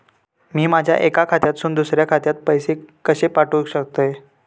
मी माझ्या एक्या खात्यासून दुसऱ्या खात्यात पैसे कशे पाठउक शकतय?